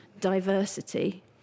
diversity